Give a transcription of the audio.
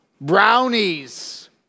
brownies